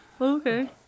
Okay